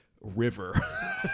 river